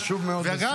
חשוב מאוד בסוריה.